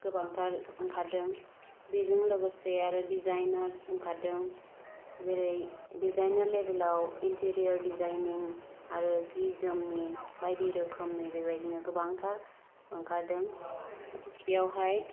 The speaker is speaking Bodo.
गोबांथार ओंखारदों बेजों लोगोसे आरो डिजाइनार्स ओंखारदों जेरै डिजाइनार लेबेलाव इन्टिरियर डिजाइनिं आरो जि जोमनि बायदि रोखोमनि बेबायदिनो गोबांथार ओंखारदों बेयावहाय